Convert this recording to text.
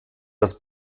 das